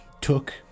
Took